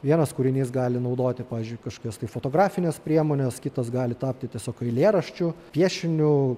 vienas kūrinys gali naudoti pavyzdžiui kašokias tai fotografines priemones kitas gali tapti tiesiog eilėraščiu piešiniu